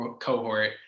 cohort